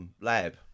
Lab